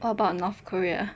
what about north korea